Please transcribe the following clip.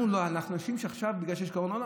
אנחנו אנשים, עכשיו, בגלל שיש פה קורונה?